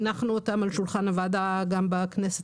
הנחנו אותן על שולחן הוועדה גם בכנסת